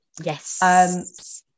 Yes